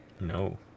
No